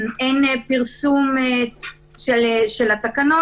לא ניתן לשנות את חוק היסוד אלא ברוב של חברי הכנסת בשלוש קריאות.